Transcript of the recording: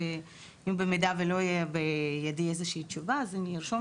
במידה ולא תהיה בידי תשובה אז ארשום